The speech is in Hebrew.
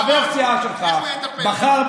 חבר סיעה שלך בחר,